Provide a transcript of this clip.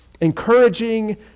encouraging